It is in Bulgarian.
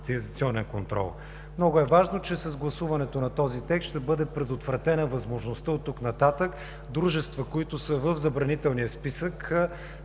и следприватизационен контрол. Много е важно, че с гласуването на този текст ще бъде предотвратена възможността оттук нататък дружества, които са в забранителния списък